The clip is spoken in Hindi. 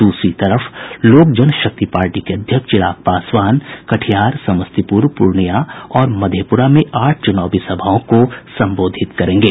दूसरी तरफ लोक जनशक्ति पार्टी के अध्यक्ष चिराग पासवान कटिहार समस्तीपुर पूर्णियां और मधेपुरा में आठ चुनावी सभाओं को संबोधित करेंगे